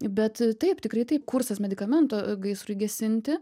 bet taip tikrai taip kursas medikamentų gaisrui gesinti